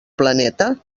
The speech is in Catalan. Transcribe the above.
planeta